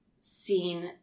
seen